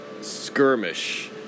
skirmish